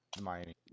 Miami